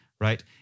right